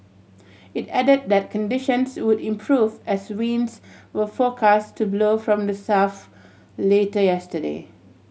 it added that conditions would improve as winds were forecast to blow from the south later yesterday